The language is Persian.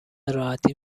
راحتی